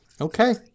Okay